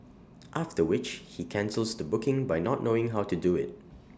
after which he cancels the booking by not knowing how to do IT